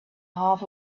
half